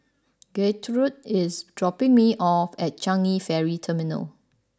Gertrude is dropping me off at Changi Ferry Terminal